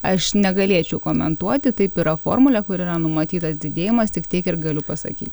aš negalėčiau komentuoti taip yra formulė kur yra numatytas didėjimas tik tiek ir galiu pasaky